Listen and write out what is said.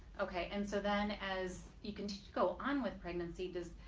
okay and so then as you can just go on with pregnancy because